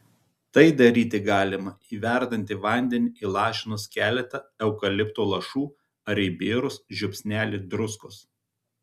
tai daryti galima į verdantį vandenį įlašinus keletą eukalipto lašų ar įbėrus žiupsnelį druskos